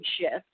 shift